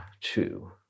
two